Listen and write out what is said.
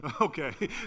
Okay